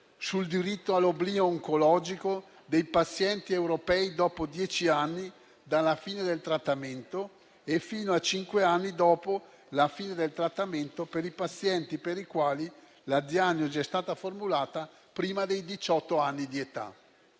sul diritto all'oblio oncologico dei pazienti europei dopo dieci anni dalla fine del trattamento e fino a cinque anni dopo la fine del trattamento per i pazienti per i quali la diagnosi è stata formulata prima dei diciotto anni di età.